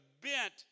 bent